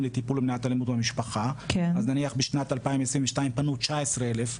לטיפול ומניעת אלימות במשפחה אז נניח בשנת 2022 פנו 19 אלף,